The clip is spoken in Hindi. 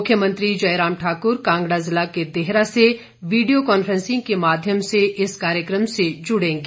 मुख्यमंत्री जयराम ठाकुर कांगड़ा जिला के देहरा से विडियो कांफेसिंग के माध्यम से इस कार्यक्रम से जुड़ेंगे